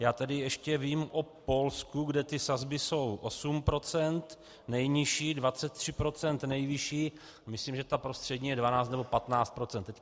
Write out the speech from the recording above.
Já tedy ještě vím o Polsku, kde ty sazby jsou 8 procent nejnižší, 23 procent nejvyšší, a myslím, že ta prostřední je 12 nebo 15 procent.